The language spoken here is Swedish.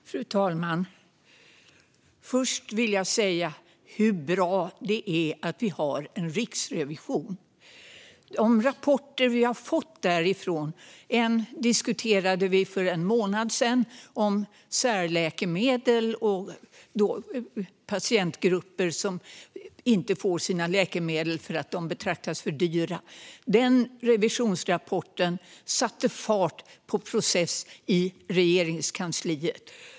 Fru talman! Först vill jag säga hur bra det är att vi har en riksrevision. Vi får rapporter därifrån. En diskuterade vi för en månad sedan. Den handlade om särläkemedel och patientgrupper som inte får sina läkemedel för att de betraktas som för dyra. Den revisionsrapporten satte fart på en process i Regeringskansliet.